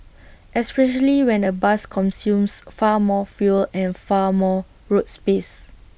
especially when A bus consumes far more fuel and far more road space